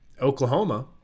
Oklahoma